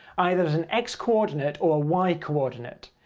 either as an x coordinate or a y coordinate.